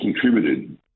contributed